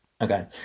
Okay